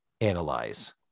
analyze